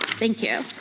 thank you.